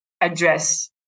address